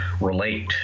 relate